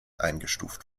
eingestuft